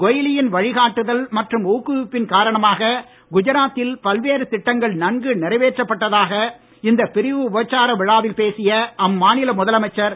கொய்லியின் வழிகாட்டுதல் மற்றும் ஊக்குவிப்பின் காரணமாக குஜராத்தில் பல்வேறு திட்டங்கள் நன்கு நிறைவேற்றப்பட்டதாக இந்த பிரிவு உபச்சார விழாவில் பேசிய அம்மாநில முதலமைச்சர் திரு